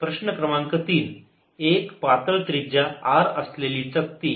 प्रश्न क्रमांक तीन एक पातळ त्रिज्या R असलेली चकती